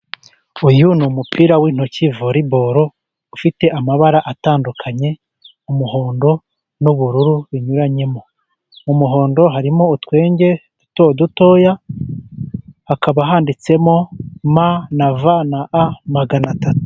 Uyu ni umupira w'intoki voreboro, ufite amabara atandukanye, umuhondo n'ubururu binyuranyemo. Mu muhondo harimo utwenge duto dutoya, hakaba handitsemo m na v na a maganatatu.